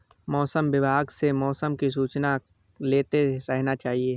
मौसम विभाग से मौसम की सूचना लेते रहना चाहिये?